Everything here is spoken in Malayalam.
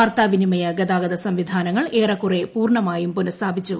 വാർത്താ വിനിമയ ഗതാഗത സംവിധാനങ്ങൾ ഏറെക്കുറെ പൂർണമായും പുനഃസ്ഥാപിച്ചു